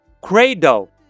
cradle